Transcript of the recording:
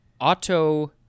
auto